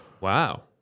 Wow